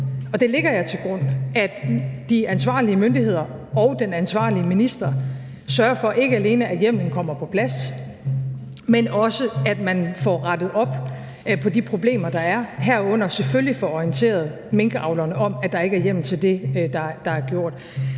det lægger jeg til grund, at de ansvarlige myndigheder og den ansvarlige minister sørger for ikke alene, at hjemmelen kommer på plads, men også at man får rettet op på de problemer, der er, herunder selvfølgelig får orienteret minkavlerne om, at der ikke er hjemmel til det, der er gjort.